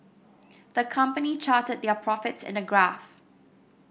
the company charted their profits in a graph